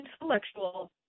intellectual